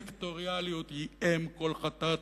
הסקטוריאליות היא אם כל חטאת,